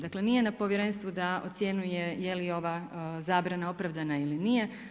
Dakle nije na povjerenstvu da ocjenjuje je li ova zabrana opravdana ili nije.